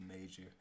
major